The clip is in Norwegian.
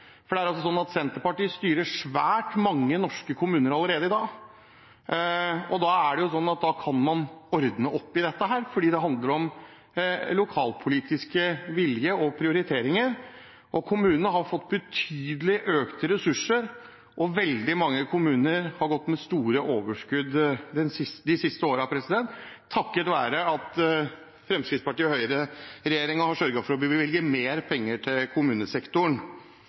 er litt overrasket over Senterpartiet. Senterpartiet styrer svært mange norske kommuner allerede i dag, og da kan man jo ordne opp i dette, for det handler om lokalpolitisk vilje og prioriteringer. Kommunene har fått betydelig økte ressurser, og veldig mange kommuner har gått med store overskudd de siste årene takket være at Høyre–Fremskrittsparti-regjeringen har sørget for å bevilge mer penger til kommunesektoren.